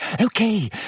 Okay